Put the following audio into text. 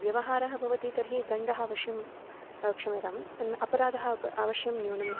व्यवहारः भवति तर्हि दण्डः अवश्यं क्षम्यताम् अपराधः अप् अवश्यं न्यूनः भवति